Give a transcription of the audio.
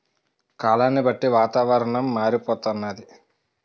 కాలాన్ని బట్టి వాతావరణం మారిపోతన్నాది